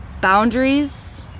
boundaries